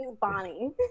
Bonnie